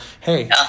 hey